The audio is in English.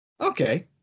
okay